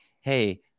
hey